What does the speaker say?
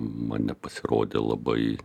man nepasirodė labai